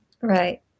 Right